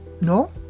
No